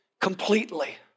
completely